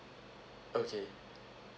okay